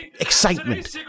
excitement